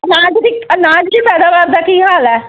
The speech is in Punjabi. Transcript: ਅਨਾਜ ਦੀ ਅਨਾਜ ਦੀ ਪੈਦਾਵਾਰ ਦਾ ਕੀ ਹਾਲ ਹੈ